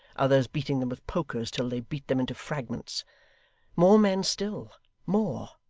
others beating them with pokers till they beat them into fragments more men still more,